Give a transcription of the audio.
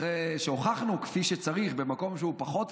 אחרי שהוכחנו כפי שצריך, במקום שהוא פחות,